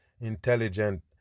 intelligent